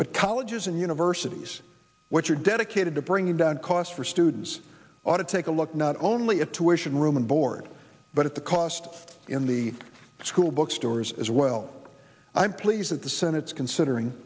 but colleges and universities which are dedicated to bringing down costs for students ought to take a look not only a tuitions room and board but at the cost in the school bookstores as well i'm pleased that the senate's considering